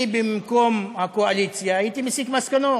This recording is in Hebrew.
אני במקום הקואליציה הייתי מסיק מסקנות